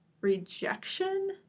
rejection